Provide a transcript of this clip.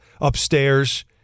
upstairs